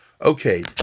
Okay